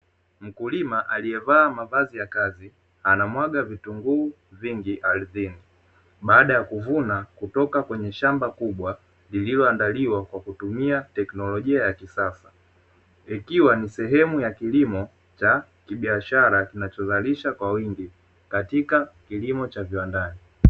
Mkulima aliyevaa mavazi ya kazi anamwaga vitunguu vingi ardhini, baada ya kuvuna kutoka kwenye shamba kubwa lililoandaliwa kwa kutumia teknolojia ya kisasa, ikiwa ni sehemu ya kilimo cha kibiashara zinazozalishwa kwa wingi katika kilimo cha viwandani